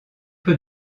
peu